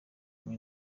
muri